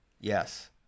Yes